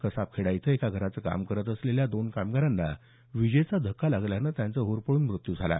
कसाबखेडा इथं एका घराचं काम करत असलेल्या दोन कामगारांना विजेचा धक्का लागल्यानं त्यांचा होरपळून मृत्यू झाला